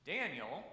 Daniel